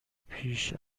پیش